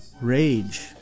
rage